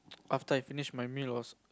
after I finish my meal also